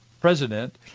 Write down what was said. president